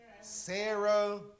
Sarah